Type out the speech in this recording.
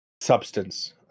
substance